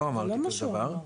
לא אמרתי כזה דבר,